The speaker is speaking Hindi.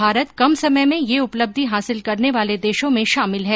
भारत कम समय में ये उपलब्धि हासिल करने वाले देशों में शामिल है